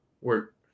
work